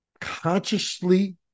consciously